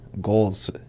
goals